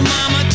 Mama